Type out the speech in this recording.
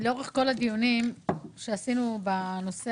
לאורך כל הדיונים שעשינו בנושא